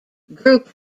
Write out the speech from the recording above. group